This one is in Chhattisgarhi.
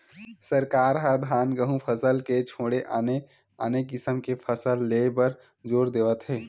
सरकार ह धान, गहूँ फसल के छोड़े आने आने किसम के फसल ले बर जोर देवत हे